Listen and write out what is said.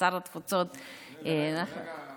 שר התפוצות, סליחה.